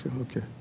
okay